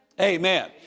Amen